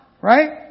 Right